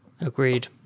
agreed